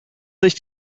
sich